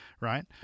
Right